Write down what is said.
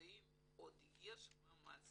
ואם עוד יש מאמץ,